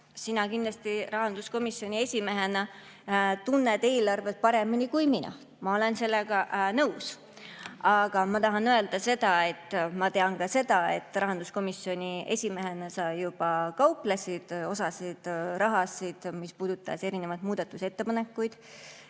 Sina kindlasti rahanduskomisjoni esimehena tunned eelarvet paremini kui mina, ma olen sellega nõus. Aga ma tahan öelda, et ma tean ka seda, et rahanduskomisjoni esimehena sa juba kauplesid osa raha üle, mis puudutas erinevaid muudatusettepanekuid,